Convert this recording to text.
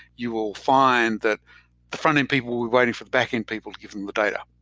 you will find that the front-end people were waiting for back-end people to give them the data,